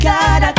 God